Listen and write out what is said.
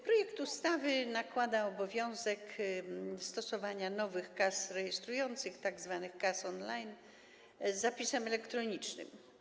Projekt ustawy nakłada obowiązek stosowania nowych kas rejestrujących, tzw. kas on-line, z zapisem elektronicznym.